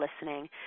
listening